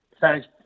Thanks